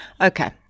Okay